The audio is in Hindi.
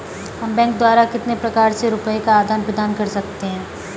हम बैंक द्वारा कितने प्रकार से रुपये का आदान प्रदान कर सकते हैं?